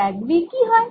grad V কি হয়